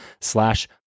slash